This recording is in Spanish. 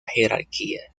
jerarquía